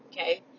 Okay